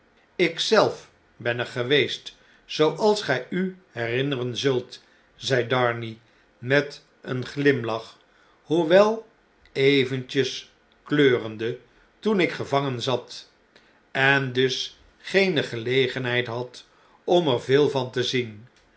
zelf ben er geweest zooals gjj u herinneren zult zei darnay met een glimlach hoewel eventjes kleurende toen ik gevangen zat en dus geene gelegenheid had om er veel van te zien